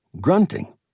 grunting